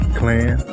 clan